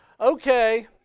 okay